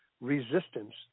resistance